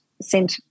sent